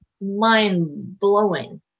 mind-blowing